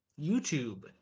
YouTube